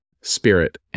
spirit